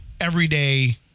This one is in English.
everyday